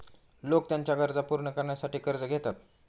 लोक त्यांच्या गरजा पूर्ण करण्यासाठी कर्ज घेतात